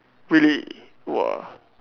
really !wah!